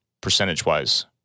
percentage-wise